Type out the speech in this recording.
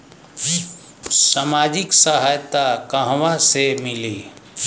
सामाजिक सहायता कहवा से मिली?